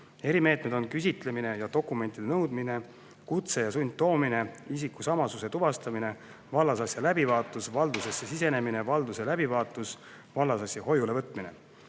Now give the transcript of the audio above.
Erimeetmed on küsitlemine ja dokumentide nõudmine, kutse ja sundtoomine, isikusamasuse tuvastamine, vallasasja läbivaatus, valdusesse sisenemine, valduse läbivaatus, vallasasja hoiulevõtmine.